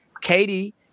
katie